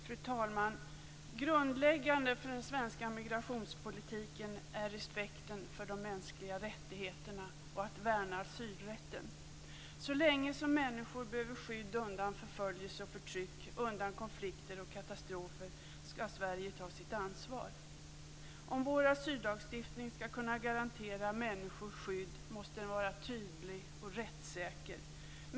Fru talman! Grundläggande för den svenska migrationspolitiken är respekten för de mänskliga rättigheterna och att värna asylrätten. Så länge som människor behöver skydd undan förföljelse och förtryck, undan konflikter och katastrofer, skall Sverige ta sitt ansvar. Om vår asyllagstiftning skall kunna garantera människor skydd, måste den vara tydlig och rättssäker.